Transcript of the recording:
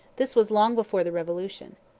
this was long before the revolution.